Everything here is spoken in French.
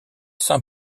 saint